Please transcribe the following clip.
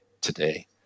today